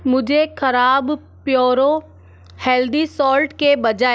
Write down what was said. मुझे खराब Puro healthy salt के बजाय